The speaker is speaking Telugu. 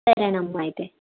సరేనమ్మా అయితే